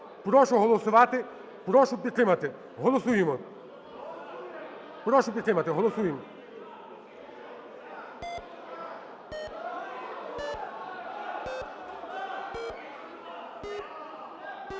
Прошу голосувати, прошу підтримати. Голосуємо.